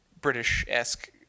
British-esque